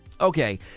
okay